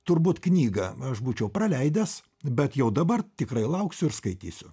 turbūt knygą aš būčiau praleidęs bet jau dabar tikrai lauksiu ir skaitysiu